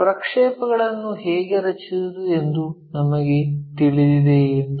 ಪ್ರಕ್ಷೇಪಗಳನ್ನು ಹೇಗೆ ರಚಿಸುವುದು ಎಂದು ನಮಗೆ ತಿಳಿದಿದೆಯೇ ಎಂದು